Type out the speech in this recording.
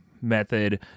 method